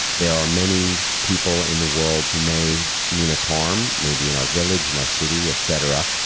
there are many people in the world who may mean us harm, maybe in our village, in our city et cetera.